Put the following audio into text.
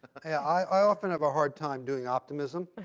i often have a hard time doing optimism.